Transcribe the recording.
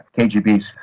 KGB's